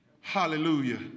Hallelujah